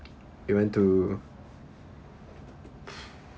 we went to